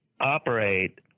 operate